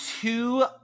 two